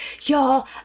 Y'all